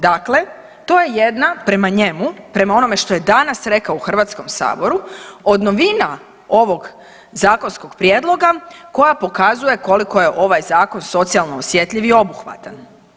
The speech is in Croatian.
Dakle, to je jedna prema njemu, prema onome što je danas rekao u HS, od novina ovog zakonskog prijedloga koja pokazuje koliko je ovaj zakon socijalno osjetljiv i obuhvatan.